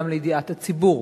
גם לידיעת הציבור,